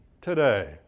today